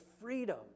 freedom